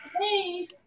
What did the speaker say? hey